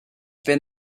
been